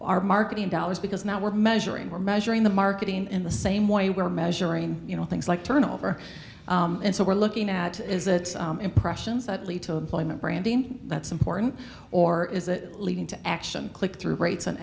our marketing dollars because now we're measuring we're measuring the marketing in the same way we're measuring you know things like turnover and so we're looking at is that impressions that lead to employment branding that's important or is it leading to action click through rates